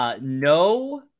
No